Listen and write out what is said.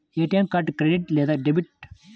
ATM card credit లేదా debit?